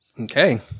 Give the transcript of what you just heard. Okay